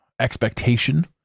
expectation